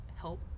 help